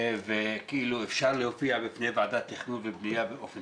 וכאילו אפשר להופיע בפני ועדת תכנון ובנייה באופן